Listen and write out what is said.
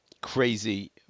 crazy